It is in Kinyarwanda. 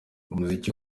umuziki